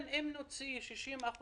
אם נוציא את אותם 60%,